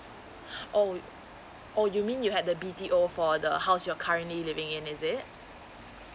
oh oh you mean you had the B_T_O for the house you're currently living in is it